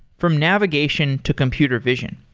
from navigation to computer vision.